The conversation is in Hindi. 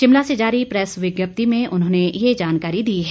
शिमला से जारी प्रैस विज्ञप्ति में उन्होंने ये जानकारी दी है